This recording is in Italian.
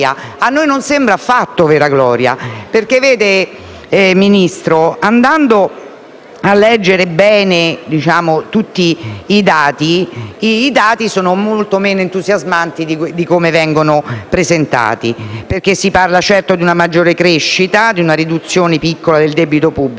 A noi non sembra affatto vera gloria. Signor Ministro, andando a leggere bene tutti i dati, essi sono molto meno entusiasmanti di come vengono presentati, perché si parla - certo - di una maggiore crescita e di una piccola riduzione del debito pubblico,